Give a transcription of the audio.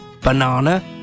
banana